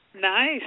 nice